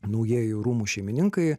naujieji rūmų šeimininkai